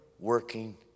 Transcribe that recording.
working